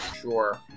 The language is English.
Sure